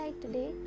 today